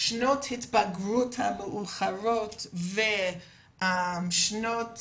שנות ההתבגרות המאוחרות ושנות